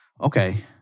Okay